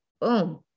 Boom